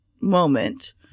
moment